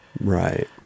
Right